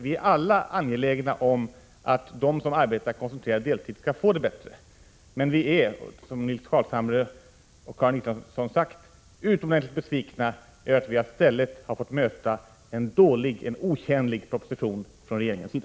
Vi är alla angelägna om att de som arbetar koncentrerad deltid skall få det bättre. Men vi är, som Nils Carlshamre och Karin Israelsson har sagt, utomordentligt besvikna över att vi i stället fått möta en dålig och otjänlig proposition från regeringens sida.